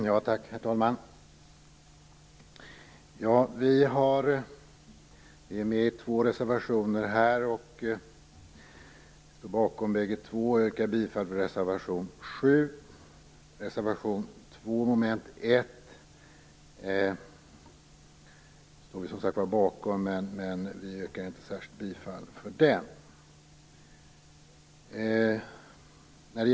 Herr talman! Vi har med två reservationer här. Vi står bakom båda två. Jag yrkar bifall till reservation 7. Reservation 2 under moment 1 står vi som sagt var bakom, men jag yrkar inte särskilt bifall till den.